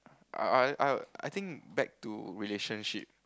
I I I think back to relationship